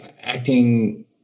acting